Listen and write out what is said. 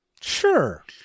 Sure